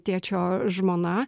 tėčio žmona